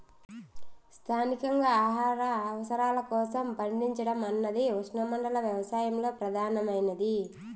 స్థానికంగా ఆహార అవసరాల కోసం పండించడం అన్నది ఉష్ణమండల వ్యవసాయంలో ప్రధానమైనది